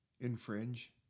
infringe